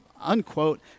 unquote